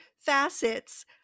facets